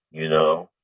you know,